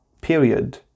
period